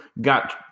got